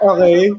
Okay